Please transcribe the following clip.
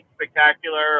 Spectacular